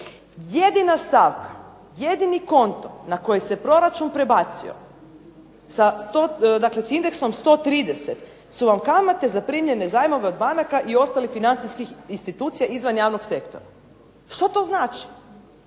Jedina stavka, jedini konto na koji se proračun prebacio sa indeksom 130 su vam kamate zaprimljene zajmove od banaka i ostalih financijskih institucija izvan javnog sektora. Što to znači?